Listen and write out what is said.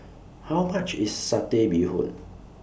How much IS Satay Bee Hoon